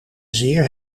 zeer